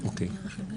אוקיי.